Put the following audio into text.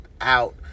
out